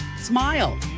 smile